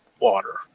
water